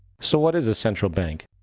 so what is a central bank?